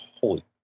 Holy